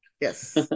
Yes